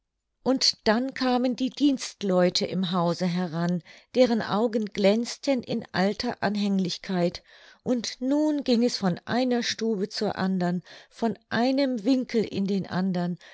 und dann kamen die dienstleute im hause heran deren augen glänzten in alter anhänglichkeit und nun ging es von einer stube zur andern von einem winkel in den andern